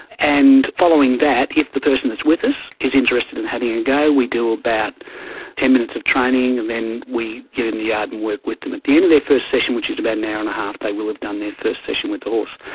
and following that, if the person is with us, is interested in having a go, we do about ten minutes of training and then we get in the yard and work with them. at the end of their first session, which is about an hour and a half, they will have done their first session with the horse.